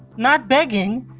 not begging.